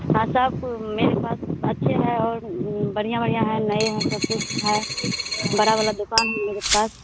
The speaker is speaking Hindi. हाँ सबकुछ मेरे पास अच्छे हैं और बढ़ियाँ बढ़ियाँ है नए हैं सबकुछ है बड़ी वाली दुक़ान भी है मेरे पास